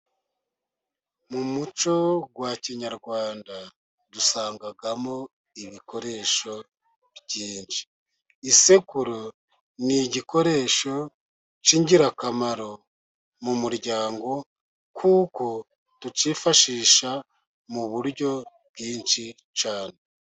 Mu muco wa kinyarwanda dusangamo ibikoresho byinshi, isekuru ni igikoresho cy'ingirakamaro mu muryango kuko tukifashisha mu buryo bwinshi cyane.